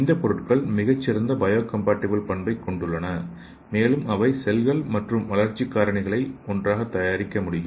இந்த பொருட்கள் மிகச் சிறந்த பயோகம்பாடிபிள் பண்பை கொண்டுள்ளன மேலும் அவை செல்கள் மற்றும் வளர்ச்சி காரணிகளை ஒன்றாக இணைக்க முடியும்